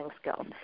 skills